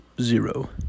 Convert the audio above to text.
zero